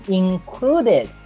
included